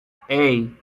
hey